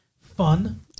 fun